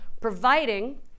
providing